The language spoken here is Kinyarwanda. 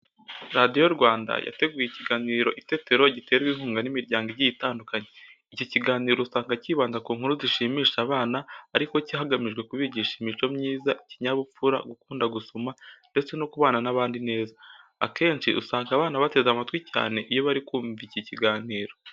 Radiyo Rwanda yateguye ikiganiro itetero giterwa inkunga n'imiryango igiye itandukanye. Iki kiganiro usanga kibanda ku nkuru zishimisha abana ariko hagamijwe kubigisha imico myiza, ikinyabupfura, gukunda gusoma ndetse no kubana n'abandi neza. Akenshi usanga abana bateze amatwi cyane iyo bari kumva iki kiganiro.